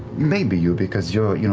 maybe you, because you're you know